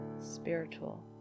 spiritual